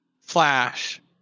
Flash